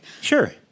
Sure